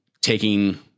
taking